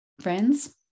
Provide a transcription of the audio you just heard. friends